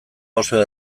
oso